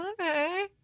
okay